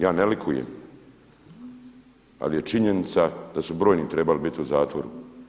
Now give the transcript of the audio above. Ja ne likujem ali je činjenica da su brojni trebali biti u zatvoru.